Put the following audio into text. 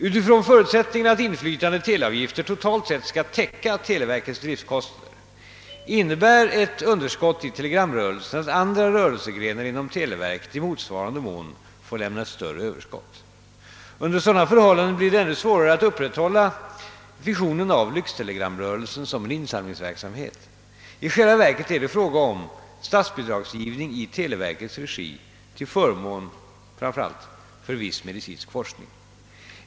Utifrån förutsättningen att inflytande teleavgifter totalt sett skall täcka televerkets driftkostnader innebär ett underskott i telegramrörelsen att andra rörelsegrenar inom televerket i motsvarande mån får lämna ett större överskott. Under sådana förhållanden blir det ännu svårare att upprätthålla fiktionen av lyxtelegramrörelsen som en insamlingsverksamhet. I själva verket är det fråga om statsbidragsgivning i televerkets regi till förmån framför allt för viss medicinsk forskning.